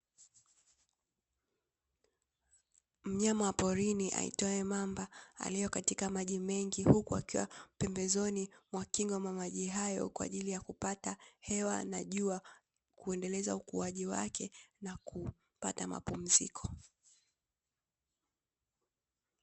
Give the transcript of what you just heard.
Mnyama wa porini aitwae mamba aliekatika maji mengi huku akiwa pembezoni mwa kingo ya maji hayo, kwa ajili ya kupata hewa na jua kuendeleza ukuaji wake na kupata mapumziko.